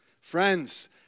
Friends